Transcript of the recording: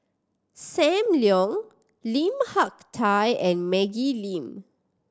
Sam Leong Lim Hak Tai and Maggie Lim